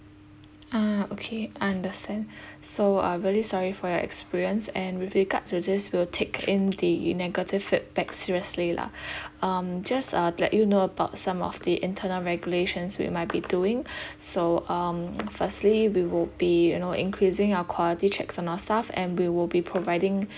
ah okay understand so uh really sorry for your experience and with regards to this we'll take in the negative feedback seriously lah um just uh let you know about some of the internal regulations we might be doing so um firstly we would be you know increasing our quality checks on our staff and we will be providing